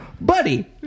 Buddy